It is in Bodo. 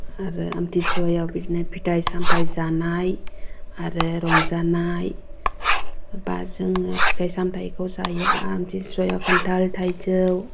आरो आमथिसुवायाव बिदिनो फिथाय सामथाय जानाय आरो रंजानाय बा जोङो फिथाय समाथायखौ जायो आमथिसुवायाव खान्थाल थाइजौ